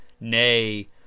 nay